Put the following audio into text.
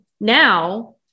now